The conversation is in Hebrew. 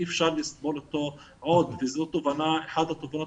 אי אפשר לסבול אותו עוד וזאת אחת התופעות